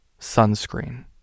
sunscreen